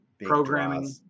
programming